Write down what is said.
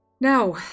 Now